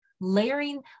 layering